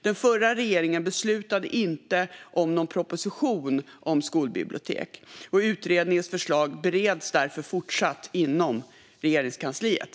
Den förra regeringen beslutade inte om någon proposition om skolbibliotek, och utredningens förslag fortsätter därför att beredas inom Regeringskansliet.